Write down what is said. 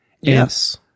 Yes